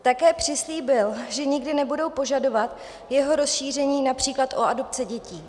Také přislíbil, že nikdy nebudou požadovat jeho rozšíření například o adopci dětí.